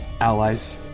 allies